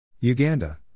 Uganda